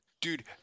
dude